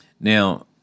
Now